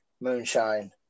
moonshine